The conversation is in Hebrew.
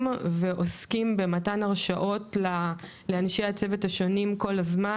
ועוסקים במתן הרשאות לאנשי הצוות השונים כל הזמן.